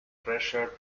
pressure